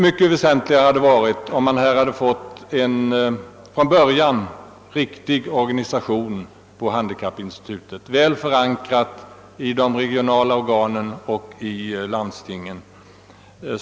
Mycket väsentligare hade varit om man från början fått en riktig organisation på handikappinstitutet, väl förankrad i de regionala organen och i landstingen.